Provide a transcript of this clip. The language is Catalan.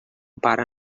pare